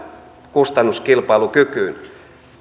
kustannuskilpailukykyyn